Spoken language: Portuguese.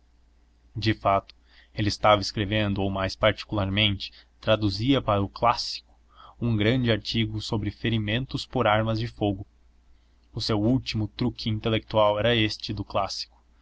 de fato ele estava escrevendo ou mais particularmente traduzia para o clássico um grande artigo sobre ferimentos por arma de fogo o seu último truc intelectual era este do clássico